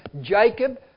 Jacob